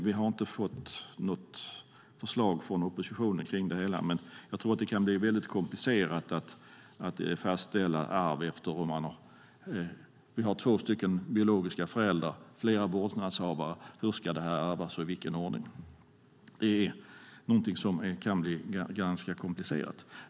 Vi har inte fått något förslag från oppositionen om detta, men jag tror att det kan bli väldigt komplicerat att fastställa arv om man har två biologiska föräldrar och flera vårdnadshavare. Hur ska det ärvas och i vilken ordning? Det kan bli ganska komplicerat.